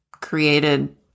created